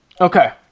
okay